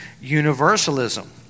universalism